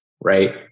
right